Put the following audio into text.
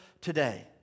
today